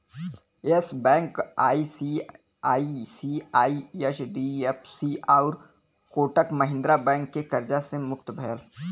yes bank ICICI, HDFC आउर Kotak Mahindra bank के कर्जा से मुक्त भयल